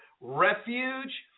refuge